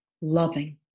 loving